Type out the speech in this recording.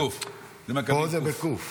פה זה בקו"ף.